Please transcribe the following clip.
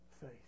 faith